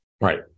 Right